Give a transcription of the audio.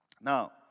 Now